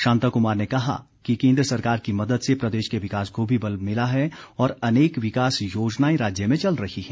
शांता कुमार ने कहा कि केन्द्र सरकार की मदद से प्रदेश के विकास को भी बल मिला है और अनेक विकास योजनाएं राज्य में चल रही हैं